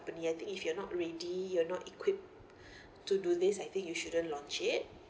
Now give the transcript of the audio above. I think if you're not ready you are not equipped to do this I think you shouldn't launch it